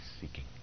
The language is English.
seeking